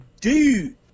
dude